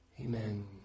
Amen